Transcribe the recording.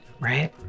right